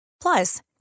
Plus